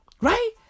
right